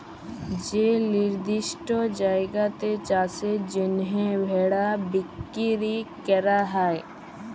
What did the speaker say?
যে লিরদিষ্ট জায়গাতে চাষের জ্যনহে ভেড়া বিক্কিরি ক্যরা হ্যয়